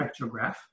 spectrograph